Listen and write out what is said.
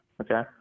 okay